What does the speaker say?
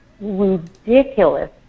ridiculous